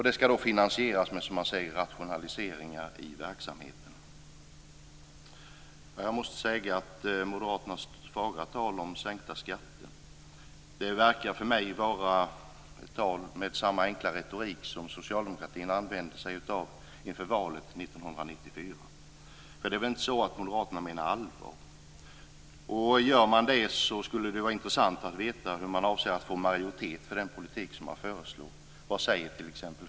Det skall finansieras med rationaliseringar i verksamheten. Jag måste säga att Moderaternas tal om sänkta skatter verkar för mig vara tal med samma enkla retorik som socialdemokratin använde sig av inför valet 1994. Det är väl inte så att Moderaterna menar allvar? Gör man det skulle det vara intressant att få veta hur man avser att få majoritet för den politik som har föreslagits. Vad säger t.ex.